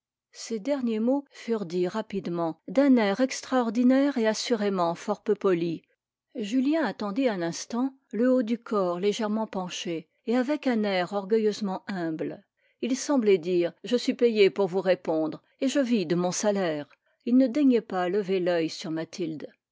ces derniers mots furent dits rapidement d'un air extraordinaire et assurément fort peu poli julien attendit un instant le haut du corps légèrement penché et avec un air orgueilleusement humble il semblait dire je suis payé pour vous répondre et je vis de mon salaire il ne daignait pas lever l'oeil sur mathilde